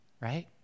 right